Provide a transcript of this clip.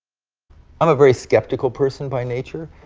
i'm a very skeptical person by nature,